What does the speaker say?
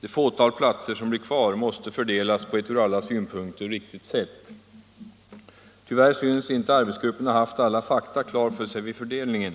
det fåtal platser som blir kvar måste fördelas på ett ur alla synpunkter riktigt sätt. Tyvärr synes inte arbetsgruppen ha haft alla fakta klara för sig vid fördelningen.